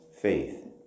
faith